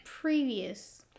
previous